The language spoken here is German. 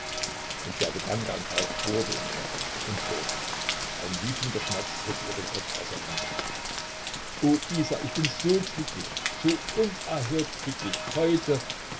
und der gedanke an falk bohrte in ihr und bohrte ein wütender schmerz riß ihr den kopf auseinander o isa ich bin so glücklich so unerhört glücklich heute